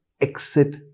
exit